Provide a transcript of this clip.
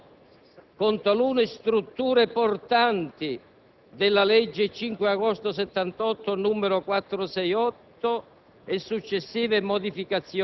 Quanto al secondo motivo di confliggenza, quello rispetto alla legislazione vigente,